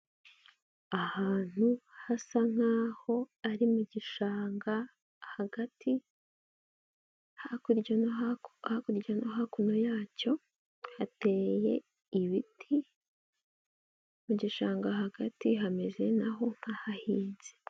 Ahantu hasa nkaho ari mu gishanga hagati, hakurya no hakuno yacyo hateye ibiti mu gishanga hagati hameze na ho nk'ahahinze.